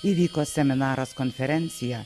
įvyko seminaras konferencija